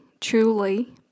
truly